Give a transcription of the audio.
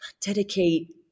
dedicate